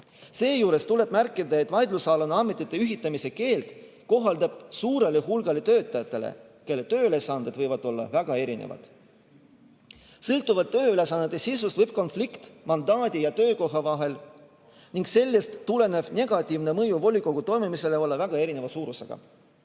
Seejuures tuleb märkida, et vaidlusalune ametite ühitamise keeld kohaldub suurele hulgale töötajatele, kelle tööülesanded võivad olla väga erinevad. Sõltuvalt tööülesannete sisust võib konflikt mandaadi ja töökoha vahel ning sellest tulenev negatiivne mõju volikogu toimimisele olla väga erineva suurusega.